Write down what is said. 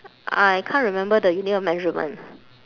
I can't remember the unit of measurement